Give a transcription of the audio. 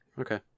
Okay